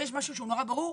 יש משהו שהוא נורא ברור,